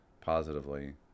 positively